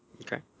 Okay